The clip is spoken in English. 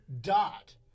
dot